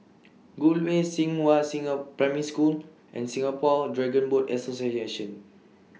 Gul Way Xinghua Primary School and Singapore Dragon Boat Association